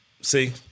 see